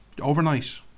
Overnight